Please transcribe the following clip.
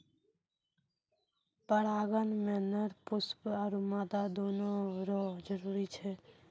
परागण मे नर पुष्प आरु मादा दोनो रो जरुरी छै